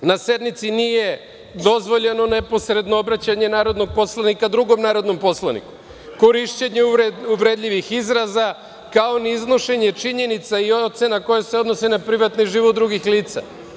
Na sednici nije dozvoljeno neposredno obraćanje narodnog poslanika drugom narodnom poslaniku, korišćenje uvredljivih izraza, kao i iznošenje činjenica i ocena koja se odnose na privatni život drugih lica.